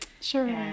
Sure